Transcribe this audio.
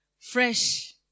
Fresh